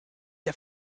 der